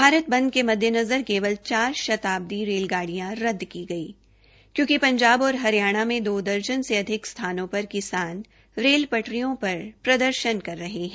भारत बंद के मद्देनज़र केवल चार शताब्दी रेलगाडिय़ां रदद की गई है क्योंकि पंजबा और हरियाणा मे दो दर्जन से अधिक स्थानों पर किसान रेल पटारियों पर प्रदर्शन कर रहे है